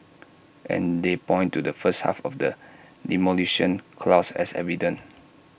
and they point to the first half of the Demolition Clause as evidence